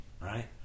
right